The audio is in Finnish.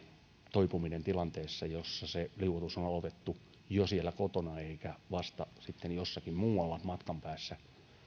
toipuminen tilanteessa jossa se liuotus on on aloitettu jo siellä kotona eikä vasta sitten jossakin muualla matkan päässä